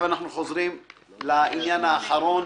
עכשיו אנחנו חוזרים לעניין האחרון.